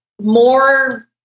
more